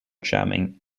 jamming